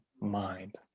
mind